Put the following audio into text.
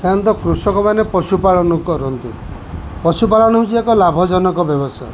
ସାଧାରଣତଃ କୃଷକମାନେ ପଶୁପାଳନ କରନ୍ତି ପଶୁପାଳନ ହେଉଛି ଏକ ଲାଭଜନକ ବ୍ୟବସାୟ